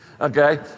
Okay